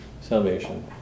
salvation